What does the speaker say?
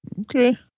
Okay